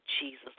Jesus